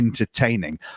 entertaining